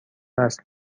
وصل